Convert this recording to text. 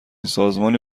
سازمانی